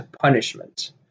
punishment